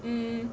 um